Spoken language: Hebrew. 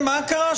מה קרה?